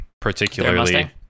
particularly